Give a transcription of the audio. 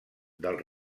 del